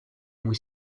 muy